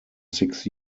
six